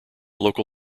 local